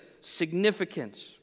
significance